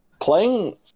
playing